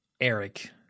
Eric